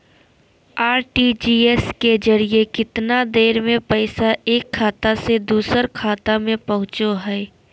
RTGS के जरिए कितना देर में पैसा एक खाता से दुसर खाता में पहुचो है?